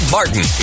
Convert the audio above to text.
Martin